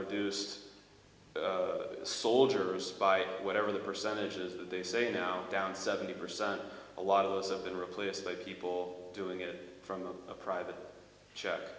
reduced the soldiers by whatever the percentage is that they say now down seventy percent a lot of those have been replaced by people doing it from the private